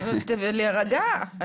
להירגע.